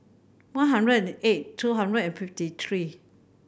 one hundred and eight two hundred and fifty three